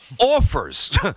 offers